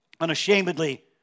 unashamedly